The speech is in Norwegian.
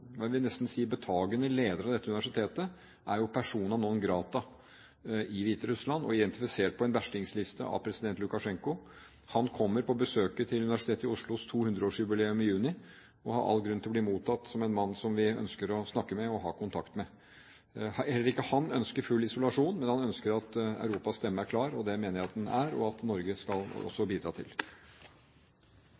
jeg vil nesten si betagende lederen av dette universitetet er persona non grata i Hviterussland og identifisert på en verstingsliste av president Lukasjenko. Han kommer på besøk til Universitetet i Oslos 200-års jubileum i juni og har all grunn til å bli mottatt som en mann som vi ønsker å snakke med og ha kontakt med. Heller ikke han ønsker full isolasjon, men han ønsker at Europas stemme er klar, og det mener jeg at den er, og at det skal Norge også